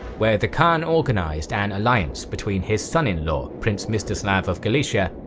where the khan organized an alliance between his son-in-law, prince mstislav of galicia,